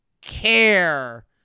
care